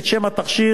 את שם התכשיר,